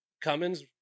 Cummins